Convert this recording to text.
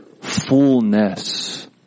Fullness